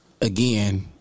Again